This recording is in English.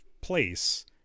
place